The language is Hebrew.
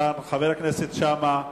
חבר הכנסת שאמה.